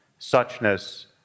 suchness